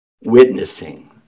Witnessing